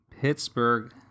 Pittsburgh